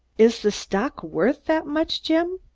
is the stock worth that much, jim?